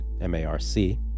M-A-R-C